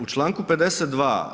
U članku 52.